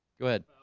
go ahead